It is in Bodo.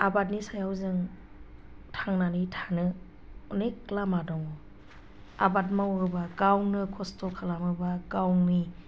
आबादनि सायाव जों थांनानै थानो अनेख लामा दं आबाद मावोब्ला गावनो खस्थ' खालामोब्ला गावनि